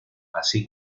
así